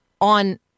on